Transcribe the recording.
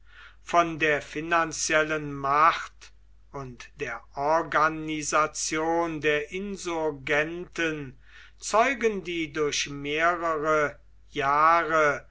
von der finanziellen macht und der organisation der insurgenten zeugen die durch mehrere jahre